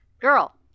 Girl